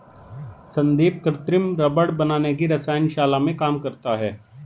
संदीप कृत्रिम रबड़ बनाने की रसायन शाला में काम करता है